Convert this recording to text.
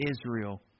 Israel